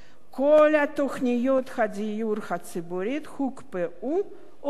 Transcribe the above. כל תוכניות הדיור הציבורי הוקפאו או בוטלו.